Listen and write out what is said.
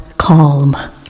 calm